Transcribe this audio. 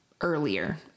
earlier